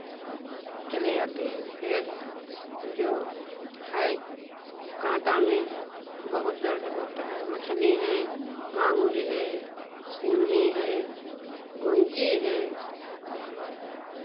चले आते हैं फिर जो है काँटा में बहुत दर्द होता है मछली हैं मांगुर है सिंही हैं गोंएजी हैं